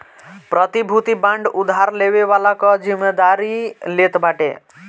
प्रतिभूति बांड उधार लेवे वाला कअ जिमेदारी लेत बाटे